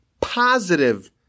positive